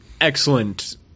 excellent